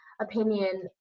opinion